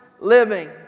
living